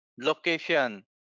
location